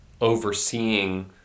overseeing